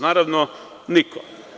Naravno, niko.